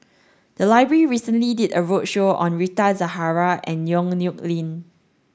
the library recently did a roadshow on Rita Zahara and Yong Nyuk Lin